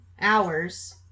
hours